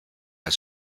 als